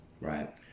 right